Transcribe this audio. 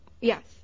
Yes